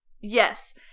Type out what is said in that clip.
Yes